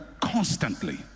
constantly